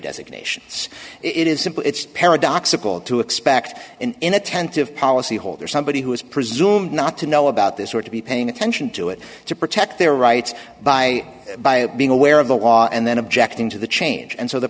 it's paradoxical to expect an inattentive policy holder somebody who is presumed not to know about this or to be paying attention to it to protect their by rights by being aware of the law and then objecting to the change and so the